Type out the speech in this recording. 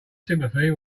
sympathy